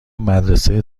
مدرسه